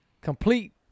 complete